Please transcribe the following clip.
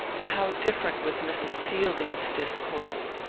how different was mrs. fielding's discourse!